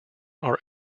are